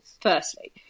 firstly